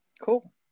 Cool